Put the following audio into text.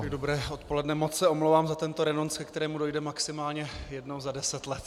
Dobré odpoledne, moc se omlouvám za tento renonc, ke kterému dojde maximálně jednou za deset let.